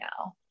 now